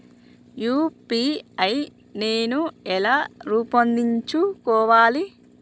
UPI నేను ఎలా రూపొందించుకోవాలి?